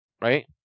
right